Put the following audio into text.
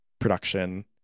production